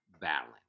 balance